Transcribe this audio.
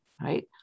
right